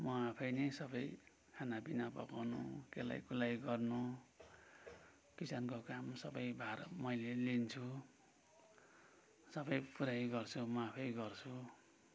म आफै नै सबै खानापिना पकाउनु केलाई कुलाई गर्नु किचनको काम सबै भार मैले लिन्छु सबै पुरै गर्छु म आफै गर्छु